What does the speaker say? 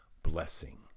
Blessing